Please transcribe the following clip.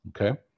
okay